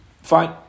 Fine